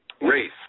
Race